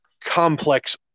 complex